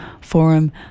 forum